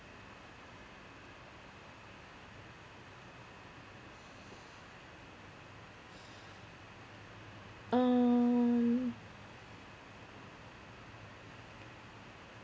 um